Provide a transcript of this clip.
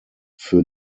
für